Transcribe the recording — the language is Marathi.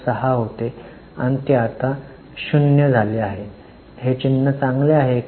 06 होते आणि ते आता 0 झाले आहे चांगले चिन्ह आहे का